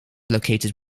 located